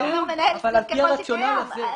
אתה אומר מנהל סניף ככל שקיים.